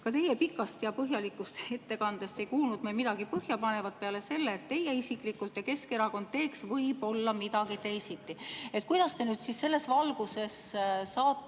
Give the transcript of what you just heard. Ka teie pikast ja põhjalikust ettekandest ei kuulnud me midagi põhjapanevat peale selle, et teie isiklikult ja Keskerakond teeks võib-olla midagi teisiti. Kuidas te selles valguses saate